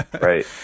Right